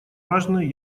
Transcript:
важное